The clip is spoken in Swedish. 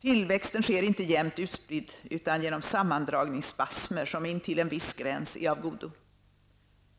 Tillväxten sker inte jämnt utspridd utan genom sammandragningsspasmer, som intill en viss gräns är av godo.